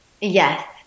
Yes